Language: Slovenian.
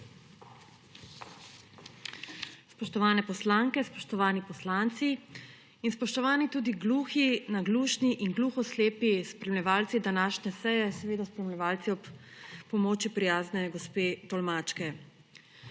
Spoštovane poslanke, spoštovani poslanci in spoštovani tudi gluhi, naglušni in gluhoslepi spremljevalci današnje seje, seveda spremljevalci ob pomoči prijazne gospe tolmačke!